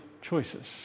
choices